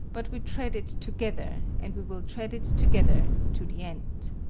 but we tread it together and we will tread it together to the end.